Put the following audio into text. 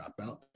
dropout